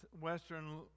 western